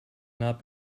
not